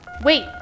wait